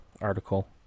article